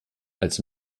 als